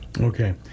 Okay